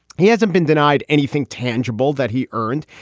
he hasn't been denied anything tangible that he earned.